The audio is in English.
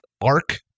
Arc